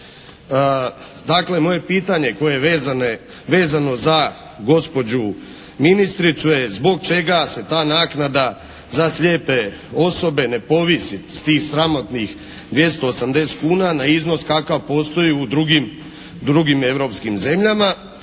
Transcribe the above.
Dakle moje pitanje koje je vezano za gospođu ministricu je zbog čega se ta naknada za slijepe osobe ne povisi s tih sramotnih 280 kuna na iznos kakav postoji u drugim, drugim eurospkim zemljama?